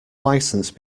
licence